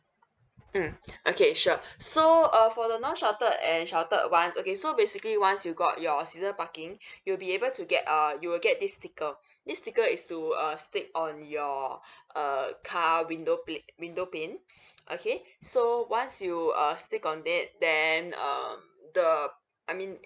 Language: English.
mm okay sure so uh for the non sheltered and sheltered ones okay so basically once you got your season parking you'll be able to get uh you will get this sticker this sticker is to uh stick on your err car window plate window pane okay so once you uh stick on it then um the I mean